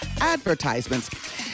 advertisements